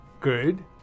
Good